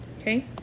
Okay